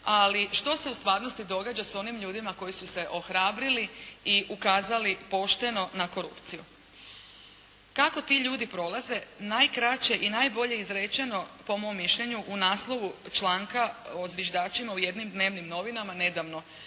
ali što se u stvarnosti događa sa onim ljudima koji su se ohrabrili i ukazali pošteno na korupciju. Kako ti ljudi prolaze, najkraće i najbolje izrečeno po mom mišljenju u naslovu članka o zviždačima u jednim dnevnim novinama nedavno